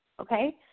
Okay